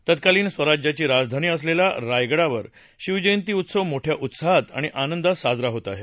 तत्कालीन स्वराज्याची राजधानी असलेल्या रायगडावर शिवजयंती उत्सव मोठ्या उत्साहात आणि आनंदात साजरा होत आहे